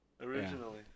originally